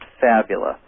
fabulous